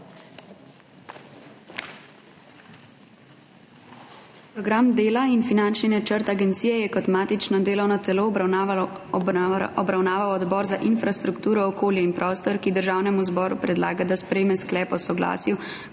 Program dela in finančni načrt agencije je kot matično delovno telo obravnaval Odbor za infrastrukturo, okolje in prostor, ki Državnemu zboru predlaga, da sprejme Sklep o soglasju